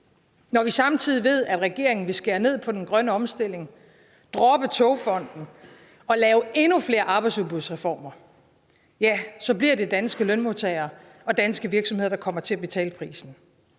Når vi samtidig ved, at regeringen vil skære ned på den grønne omstilling, droppe Togfonden DK og lave endnu flere arbejdsudbudsreformer, ja, så bliver det danske lønmodtagere og danske virksomheder, der kommer til at betale prisen.